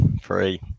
Three